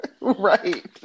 right